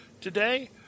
today